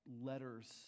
letters